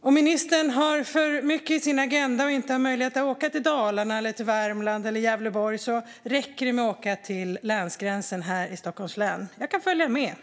Om ministern har för mycket på sin agenda och inte har möjlighet att åka till Dalarna, Värmland eller Gävleborg räcker det med att åka till länsgränsen här i Stockholms län - jag kan följa med.